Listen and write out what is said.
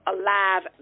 alive